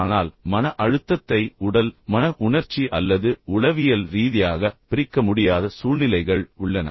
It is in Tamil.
ஆனால் மன அழுத்தத்தை உடல் மன உணர்ச்சி அல்லது உளவியல் ரீதியாக பிரிக்க முடியாத சூழ்நிலைகள் உள்ளன